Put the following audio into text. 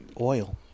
Oil